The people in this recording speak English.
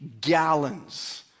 gallons